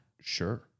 sure